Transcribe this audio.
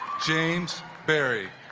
james barrie